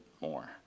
more